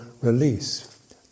release